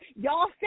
y'all